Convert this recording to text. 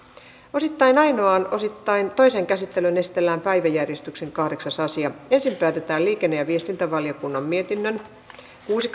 osittain ainoaan osittain toiseen käsittelyyn esitellään päiväjärjestyksen kahdeksas asia ensin päätetään liikenne ja viestintävaliokunnan mietinnön kuusi